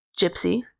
Gypsy